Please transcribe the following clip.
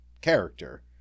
character